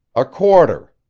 a quarter,